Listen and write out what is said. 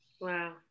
Wow